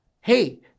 hey